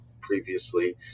previously